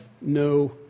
no